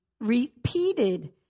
repeated